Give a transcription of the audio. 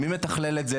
מי מתכלל את זה?